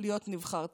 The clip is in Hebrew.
להיות נבחר ציבור.